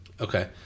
Okay